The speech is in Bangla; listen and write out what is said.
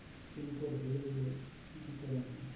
পিন কোড ভুলে গেলে কি কি করনিয়?